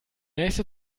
nächste